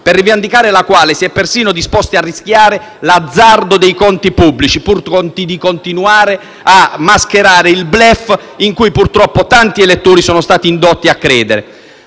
per rivendicare la quale si è persino disposti a rischiare l'azzardo dei conti pubblici, pur di continuare a mascherare il *bluff* in cui purtroppo tanti elettori sono stati indotti a credere.